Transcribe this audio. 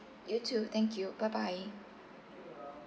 you too thank you bye bye